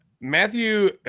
Matthew